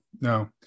no